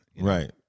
Right